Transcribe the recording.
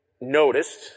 noticed